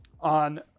on